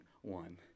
one